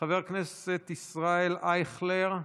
חבר הכנסת ישראל אייכלר,